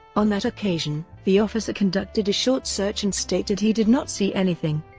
on that occasion, the officer conducted a short search and stated he did not see anything.